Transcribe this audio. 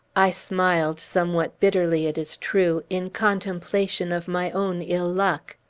i smiled somewhat bitterly, it is true in contemplation of my own ill-luck.